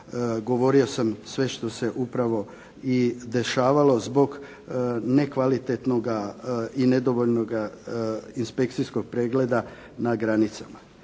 govorio sam sve što se upravo i dešavalo zbog nekvalitetnoga i nedovoljnoga inspekcijskog pregleda na granicama.